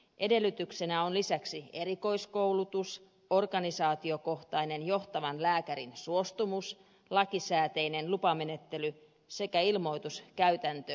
edellytyksenä on lisäksi erikoiskoulutus organisaatiokohtainen johtavan lääkärin suostumus lakisääteinen lupamenettely sekä ilmoituskäytäntö valviraan